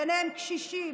ביניהם קשישים,